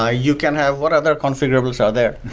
ah you can have what other configurables out there.